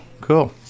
Cool